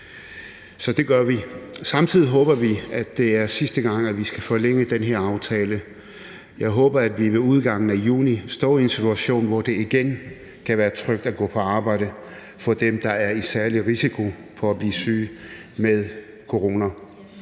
Så det gør vi. Samtidig håber vi, at det er sidste gang, vi skal forlænge den her aftale. Jeg håber, at vi med udgangen af juni står i en situation, hvor det igen kan være trygt at gå på arbejde for dem, der er i øget risiko for at blive syge med corona.